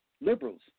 Liberals